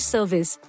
Service